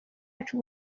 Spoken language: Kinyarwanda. yacu